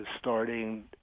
starting